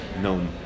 known